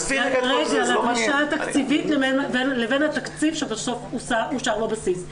לדרישה התקציבית לבין התקציב שבסוף אושר בבסיס.